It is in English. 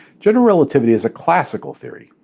general relativity is a classical theory.